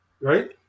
right